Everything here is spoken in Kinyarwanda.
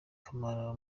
camara